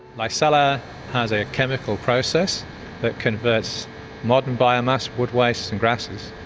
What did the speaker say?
licella has a chemical process that converts modern biomass, wood waste and grasses,